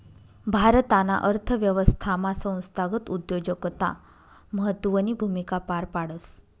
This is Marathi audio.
भारताना अर्थव्यवस्थामा संस्थागत उद्योजकता महत्वनी भूमिका पार पाडस